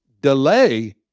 Delay